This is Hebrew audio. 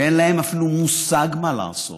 שאין להם אפילו מושג מה לעשות